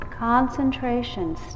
Concentration